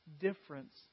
difference